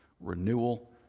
renewal